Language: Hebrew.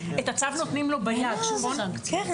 את הצו נותנים לו ביד, נכון?